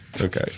Okay